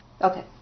Okay